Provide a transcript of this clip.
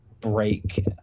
break